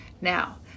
Now